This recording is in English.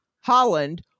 Holland